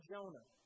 Jonah